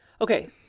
Okay